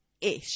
ish